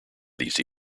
these